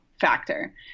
factor